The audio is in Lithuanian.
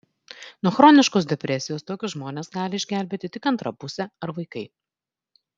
nuo chroniškos depresijos tokius žmones gali išgelbėti tik antra pusė ar vaikai